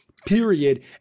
period